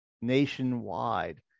nationwide